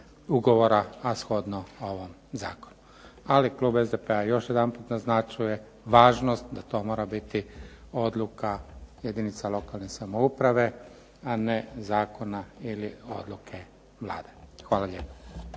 ugovora, a shodno ovom Zakonu. Ali klub SDP-a još jedanput naznačuje važnost da to mora biti odluka jedinica lokalne samouprave, a ne zakona ili odluke Vlade. Hvala lijepa.